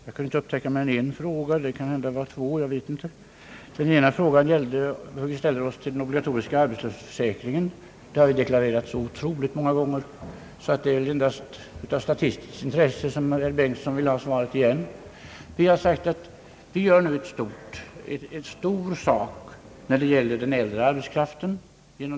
Herr talman! Jag kunde inte upptäcka mer än en fråga av herr Bengtson, men det är möjligt att det var två. Den ena frågan gällde emellertid hur vi ställer oss till den obligatoriska arbetslöshetsförsäkringen. Det har vi deklarerat så otroligt många gånger, att det väl endast är av statistiskt intresse som herr Bengtson vill ha svaret återigen. Det förslag som vi kommer att förelägga riksdagen innebär stora insatser för den äldre arbetskraften.